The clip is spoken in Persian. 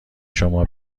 شما